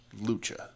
Lucha